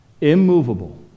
immovable